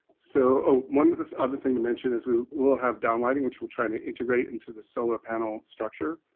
so one other thing to mention is, we will have down lighting, which will try to integrate into the solar panel structure.